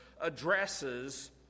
addresses